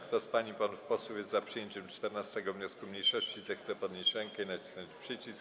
Kto z pań i panów posłów jest za przyjęciem 14. wniosku mniejszości, zechce podnieść rękę i nacisnąć przycisk.